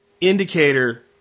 Indicator